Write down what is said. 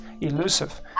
elusive